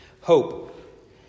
Hope